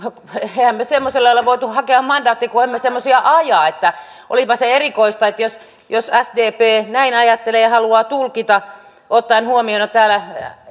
emmehän me semmoiselle ole voineet hakea mandaattia kun emme semmoisia aja olipa se erikoista jos sdp näin ajattelee ja haluaa tulkita ottaen huomioon että täällä